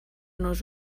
nos